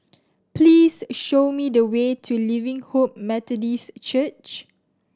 please show me the way to Living Hope Methodist Church